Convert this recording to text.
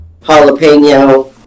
jalapeno